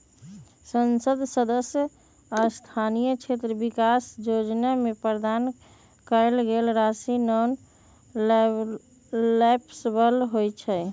संसद सदस्य स्थानीय क्षेत्र विकास जोजना में प्रदान कएल गेल राशि नॉन लैप्सबल होइ छइ